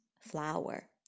flower